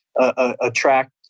attract